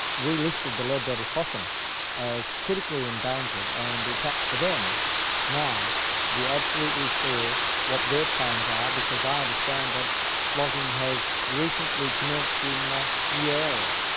we listed the leadbeater's possum as critically endangered, and it's up to them now to be absolutely clear what their plans are, because because i understand that logging has recently commenced in new areas.